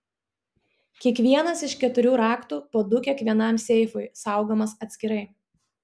kiekvienas iš keturių raktų po du kiekvienam seifui saugomas atskirai